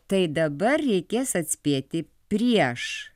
tai dabar reikės atspėti prieš